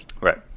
Right